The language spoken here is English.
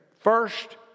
first